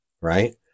right